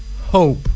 Hope